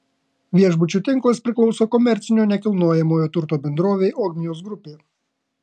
viešbučių tinklas priklauso komercinio nekilnojamojo turto bendrovei ogmios grupė